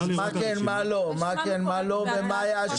מה כן ומה לא ומה היו השיקולים?